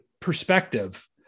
perspective